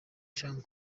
jean